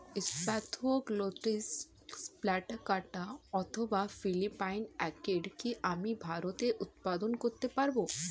Spathoglottis plicata অথবা Philippine orchid কি আমি ভারতে উৎপাদন করতে পারবো?